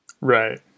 right